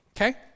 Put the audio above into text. Okay